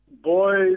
boys